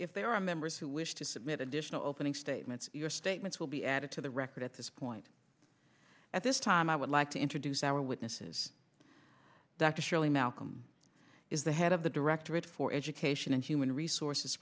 if there are members who wish to submit additional opening statements your statements will be added to the record at this point at this time i would like to introduce our witnesses dr shirley malcolm is the head of the directorate for education and human resources